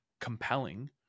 compelling